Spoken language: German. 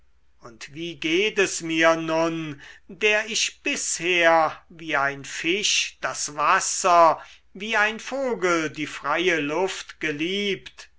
und wie geht es mir nun der ich bisher wie ein fisch das wasser wie ein vogel die freie luft geliebt